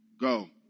go